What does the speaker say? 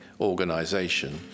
organization